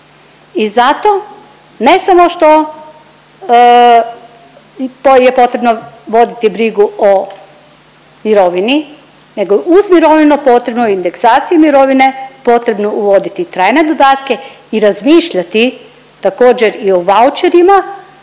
i zato ne samo što je potrebno voditi brigu o mirovini nego uz mirovinu potrebno je indeksaciju mirovine, potrebno uvoditi trajne dodatke i razmišljati također i o vaucherima